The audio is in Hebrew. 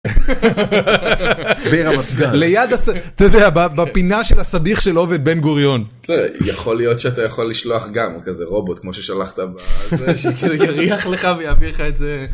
בפינה של הסאביח של עובד בן גוריון. יכול להיות שאתה יכול לשלוח גם כזה רובוט כמו ששלחת... שיריח ויעביר לך את זה